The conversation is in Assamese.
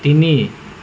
তিনি